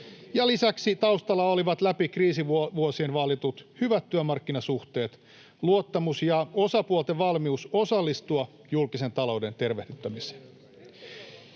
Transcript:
lisäksi taustalla olivat läpi kriisivuosien vaalitut hyvät työmarkkinasuhteet, luottamus ja osapuolten valmius osallistua julkisen talouden tervehdyttämiseen.